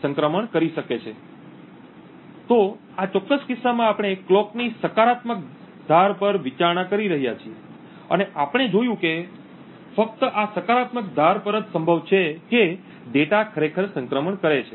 તેથી આ ચોક્કસ કિસ્સામાં આપણે કલોક ની સકારાત્મક ધાર પર વિચારણા કરી રહ્યા છીએ અને આપણે જોયું છે કે ફક્ત આ સકારાત્મક ધાર પર જ સંભવ છે કે ડેટા ખરેખર સંક્રમણ કરે છે